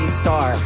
star